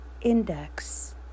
Index